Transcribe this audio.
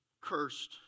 cursed